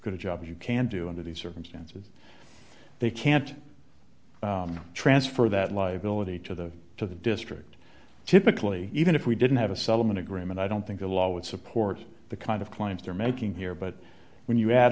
good a job as you can do under these circumstances they can't transfer that live billet each of the to the district typically even if we didn't have a settlement agreement i don't think the law would support the kind of claims they're making here but when you add